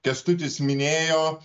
kęstutis minėjo